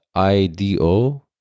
ido